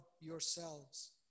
yourselves